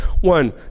one